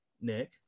nick